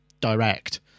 direct